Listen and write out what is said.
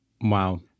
Wow